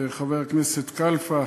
חבר הכנסת כלפה,